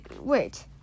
wait